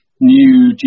new